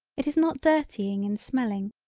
it is not dirtying in smelling,